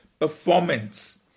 performance